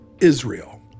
Israel